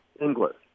English